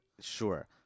Sure